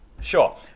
Sure